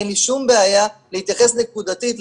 אין לי שום בעיה להתייחס נקודתית,